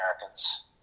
Americans